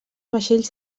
vaixells